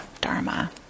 dharma